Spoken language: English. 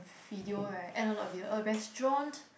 video right and not not video a restaurant